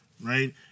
right